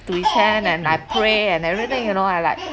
to his chair and I pray and everything you know I like